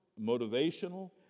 motivational